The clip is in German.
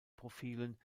profilen